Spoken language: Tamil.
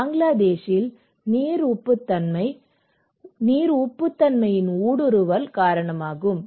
பங்களாதேஷில் நீர் உப்புத்தன்மை நீர் உப்புத்தன்மை ஊடுருவல் காரணமாகும்